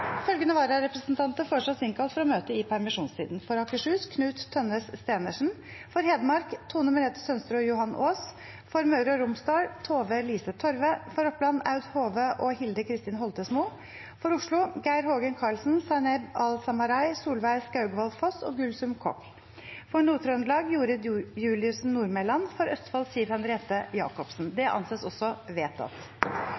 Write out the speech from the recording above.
Følgende vararepresentanter innkalles for å møte i permisjonstiden: For Akershus: Knut Tønnes Steenersen For Hedmark: Tone Merete Sønsterud og Johan Aas For Møre og Romsdal: Tove-Lise Torve For Oppland: Aud Hove og Hilde Kristin Holtesmo For Oslo: Geir Hågen Karlsen , Zaineb Al-Samarai , Solveig Skaugvoll Foss og Gulsum Koc For Nord-Trøndelag: Jorid Juliussen Nordmelan For Østfold: Siv Henriette Jacobsen